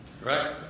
Right